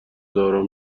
دارا